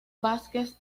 vázquez